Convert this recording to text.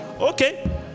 Okay